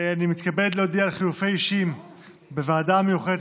אני מתכבד להודיע על חילופי אישים בוועדה המיוחדת